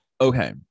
okay